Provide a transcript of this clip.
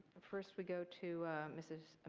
first we go to mrs.